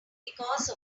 because